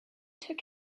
took